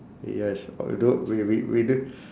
yes although we we we do